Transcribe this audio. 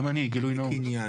גם אני, גילוי נאות.